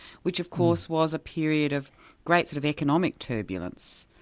which of course was a period of great sort of economic turbulence,